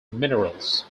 minerals